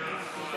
נמנע